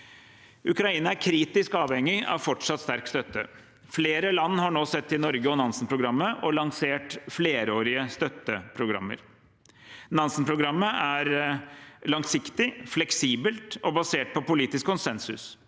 Ukraina er kritisk avhengig av fortsatt sterk støtte. Flere land har nå sett til Norge og Nansen-programmet og lansert flerårige støtteprogrammer. Nansen-programmet er langsiktig, fleksibelt og basert på politisk konsensus.